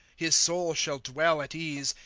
his soul shall dwell at ease.